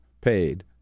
paid